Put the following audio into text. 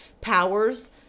powers